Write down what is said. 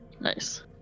Nice